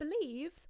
believe